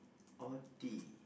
or D